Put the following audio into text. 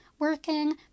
working